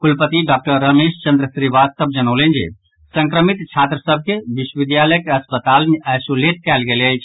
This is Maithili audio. कुलपति डॉक्टर रमेश चंद्र श्रीवास्तव जनौलनि जे संक्रमित छात्र सभ के विश्वविद्यालयक अस्पताल मे आइसोलेट कयल गेल अछि